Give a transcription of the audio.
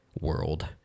world